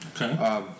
Okay